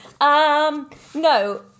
no